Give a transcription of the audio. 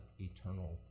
eternal